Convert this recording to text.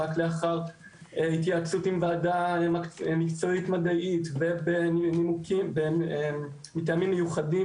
רק לאחר התייעצות עם ועדה מקצועית מדעית ומטעמים מיוחדים